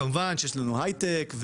כמובן שיש לנו הייטק,